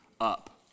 up